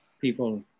people